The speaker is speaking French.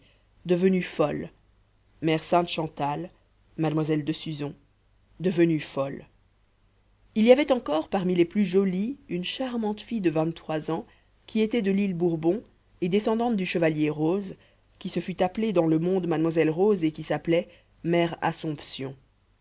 devenue folle mère sainte chantal mlle de suzon devenue folle il y avait encore parmi les plus jolies une charmante fille de vingt-trois ans qui était de l'île bourbon et descendante du chevalier roze qui se fût appelée dans le monde mademoiselle roze et qui s'appelait mère assomption